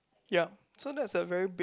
ya so that's the very big